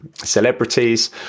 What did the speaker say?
celebrities